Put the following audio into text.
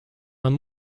man